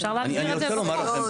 אני רוצה לומר לכם,